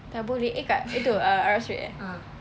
tabbouleh eh kat itu uh arab street eh